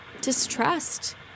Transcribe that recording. distrust